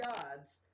gods